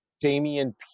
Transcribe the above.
Damian